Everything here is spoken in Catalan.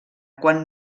quan